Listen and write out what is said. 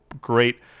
great